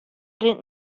rint